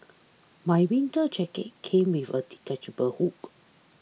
my winter jacket came with a detachable hook